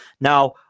Now